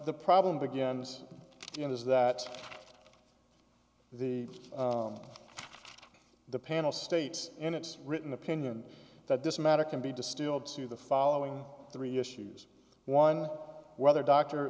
the problem begins and is that the the panel states in its written opinion that this matter can be distilled to the following three issues one whether doctor